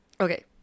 okay